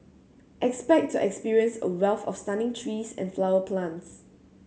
expect to experience a wealth of stunning trees and flowers plants